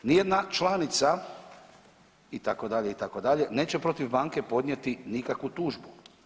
Nijedna članica, itd., itd., neće protiv banke podnijeti nikakvu tužbu.